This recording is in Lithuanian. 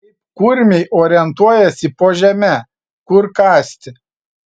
kaip kurmiai orientuojasi po žeme kur kasti